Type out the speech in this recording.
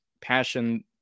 passion